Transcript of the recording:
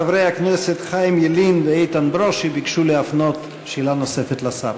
חברי הכנסת חיים ילין ואיתן ברושי ביקשו להפנות שאלה נוספת לשר.